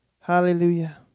Hallelujah